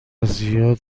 زیاد